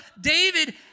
David